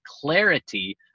clarity